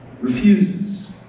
refuses